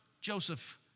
Joseph